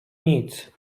nic